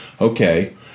Okay